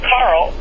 Carl